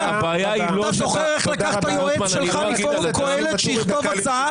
אתה זוכר איך לקחת יועץ שלך מפורום קהלת שיכתוב הצעה